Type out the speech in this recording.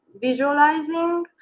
visualizing